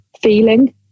feeling